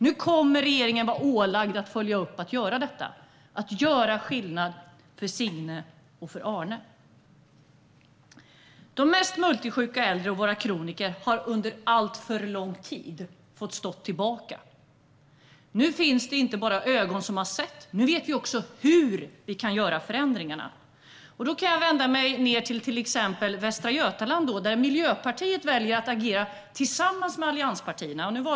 Nu kommer regeringen att vara ålagd att följa upp och att göra det här - att göra skillnad för Signe och för Arne. De mest multisjuka äldre och våra kroniker har under alltför lång tid fått stå tillbaka. Nu finns det inte bara ögon som har sett, utan nu vet vi också hur vi kan göra förändringarna. Jag kan till exempel vända mig till Västra Götaland, där Miljöpartiet väljer att agera tillsammans med allianspartierna.